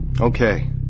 Okay